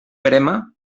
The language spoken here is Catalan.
verema